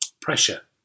Pressure